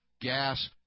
gas